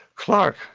clark,